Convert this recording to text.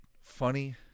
funny